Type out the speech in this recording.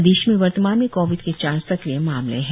प्रदेश में वर्तमान में कोविड के चार सक्रिय मामले है